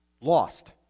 Lost